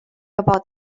about